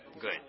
Good